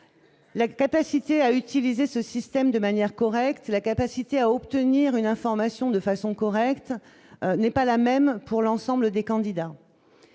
la capacité à utiliser ce système de manière correcte, la capacité à obtenir une information de façon correcte, n'est pas la même pour l'ensemble des candidats,